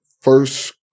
First